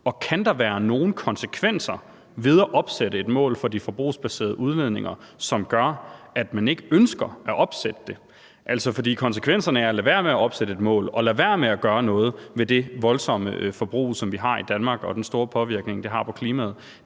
Og kan der være nogle konsekvenser ved at opsætte et mål for de forbrugsbaserede udledninger, som gør, at man ikke ønsker at opsætte et mål? For konsekvenserne af at lade være med at opsætte et mål og lade være med at gøre noget ved det voldsomme forbrug, som vi har i Danmark, og den store påvirkning, det har på klimaet,